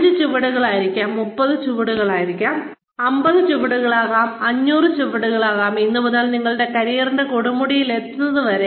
അഞ്ച് ചുവടുകളായിരിക്കാം 50 ചുവടുകളാകാം 500 ചുവടുകളായിരിക്കാം ഇന്ന് മുതൽ നിങ്ങളുടെ കരിയറിന്റെ കൊടുമുടിയിലെത്തുന്നത് വരെ